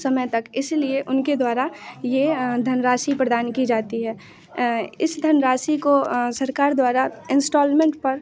समय तक इस लिए उनके द्वारा ये धनराशि प्रदान की जाती है इस धनराशि को सरकार द्वारा इंस्टॉल्मेंट पर